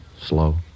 slow